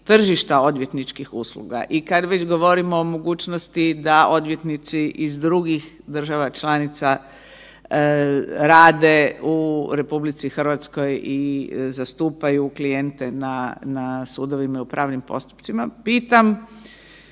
tržišta odvjetničkih usluga i kad već govorimo o mogućnosti da odvjetnici iz drugih država članica rade u RH i zastupaju klijente na sudovima i u pravnim postupcima, pitam